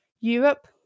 Europe